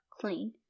clean